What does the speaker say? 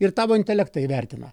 ir tavo intelektą įvertina